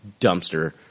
dumpster